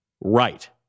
Right